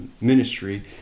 ministry